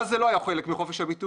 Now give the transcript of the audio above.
אז זה לא היה חלק מחופש הביטוי,